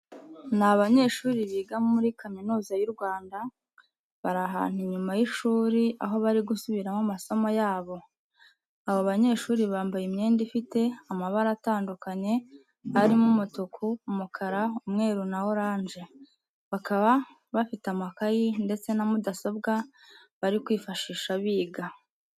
Ni abanyeshuri biga muri kaminuza y'u Rwanda, bari ahantu inyuma y'ishuri aho bari gusubiramo amasomo yabo. Abo banyeshuri bambaye imyenda ifite amabara atandukanye arimo umutuku, umukara, umweru na oranje. Bakaba bafite amakayi ndetse na mudasobwa bari kwifashisha biga.